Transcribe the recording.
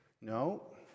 No